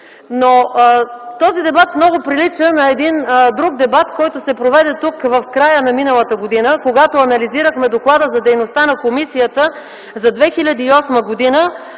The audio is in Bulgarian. Този дебат много прилича на един друг дебат, който се проведе тук в края на миналата година, когато анализирахме доклада за дейността на комисията за 2008 г.